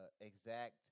exact